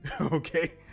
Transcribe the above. okay